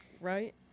right